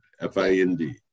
F-I-N-D